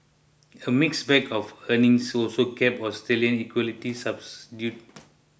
a mixed bag of earnings also kept Australian equities subdued